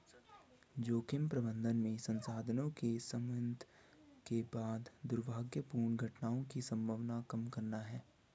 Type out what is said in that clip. जोखिम प्रबंधन में संसाधनों के समन्वित के बाद दुर्भाग्यपूर्ण घटनाओं की संभावना कम करना है